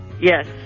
Yes